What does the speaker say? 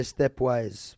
Stepwise